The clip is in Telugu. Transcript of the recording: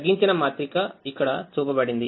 తగ్గించిన మాత్రిక ఇక్కడ చూపబడింది